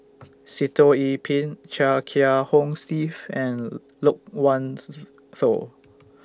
Sitoh Yih Pin Chia Kiah Hong Steve and Loke Wan Tho